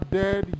dead